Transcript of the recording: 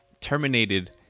terminated